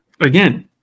Again